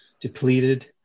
depleted